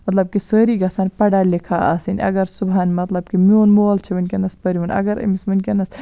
مَطلَب کہِ سٲری گَژھَن پَڑا لِکھا آسٕنۍ اگر صُبحن مَطلَب کہِ میون مول چھُ وٕنکیٚنَس پروُن اگر أمِس وٕنکیٚنَس